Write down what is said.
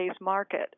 market